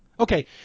Okay